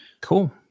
Cool